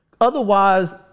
Otherwise